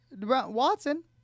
Watson